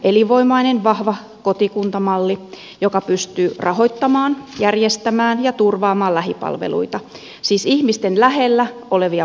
elinvoimainen vahva kotikuntamalli joka pystyy rahoittamaan järjestämään ja turvaamaan lähipalveluita siis ihmisten lähellä olevia palveluita